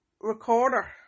recorder